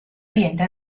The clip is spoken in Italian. oriente